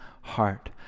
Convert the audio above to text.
heart